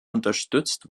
unterstützt